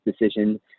decision